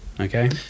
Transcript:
Okay